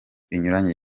binyuranye